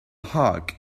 hog